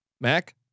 Mac